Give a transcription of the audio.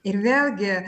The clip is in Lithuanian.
ir vėlgi